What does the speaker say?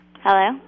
Hello